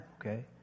okay